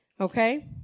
Okay